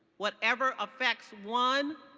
whatever affects one,